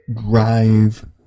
drive